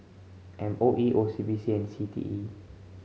M O E O C B C and C T E